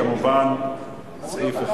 מוחמד ברכה,